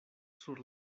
sur